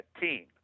team